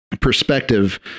perspective